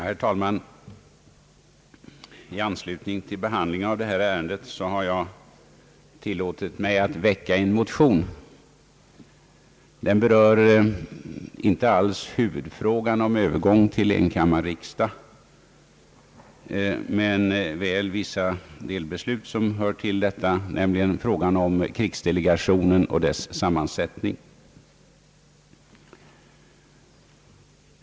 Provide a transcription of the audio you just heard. Herr talman! I anslutning till behandlingen av detta ärende har jag tillåtit mig väcka en motion. Den berör inte alls huvudfrågan om övergång till enkammarriksdag men väl vissa delbeslut som hör samman därmed, nämligen frågan om krigsdelegationen och dess sammansättning.